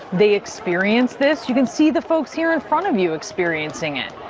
they experienced this. you can see the folks here in front of you experiencing it.